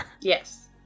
yes